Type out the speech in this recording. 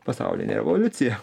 pasaulinė revoliucija